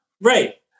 Right